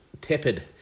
tepid